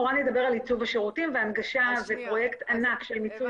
הוא ידבר על עיצוב השירותים והנגשה זה פרויקט ענק של מיצוי